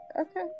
okay